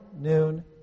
noon